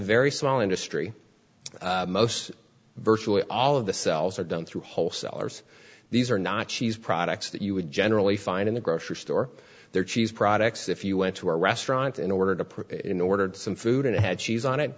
very small industry most virtually all of the cells are done through wholesalers these are not cheese products that you would generally find in the grocery store there cheese products if you went to a restaurant in order to prepare in order to some food and it had cheese on it